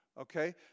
okay